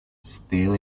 still